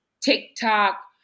TikTok